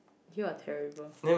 you are terrible